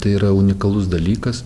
tai yra unikalus dalykas